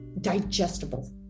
digestible